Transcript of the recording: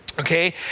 okay